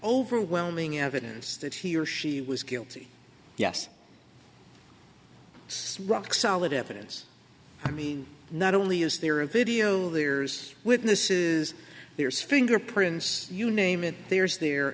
overwhelming evidence that he or she was guilty yes rock solid evidence i mean not only is there a video there's witnesses there's fingerprints you name it there's the